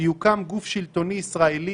שיוקם גוף שלטוני ישראלי